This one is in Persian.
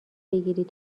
بگیرید